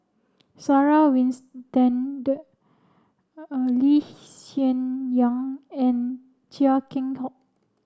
Sarah Winstedt Lee Hsien Yang and Chia Keng Hock